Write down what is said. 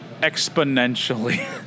exponentially